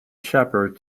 shepherd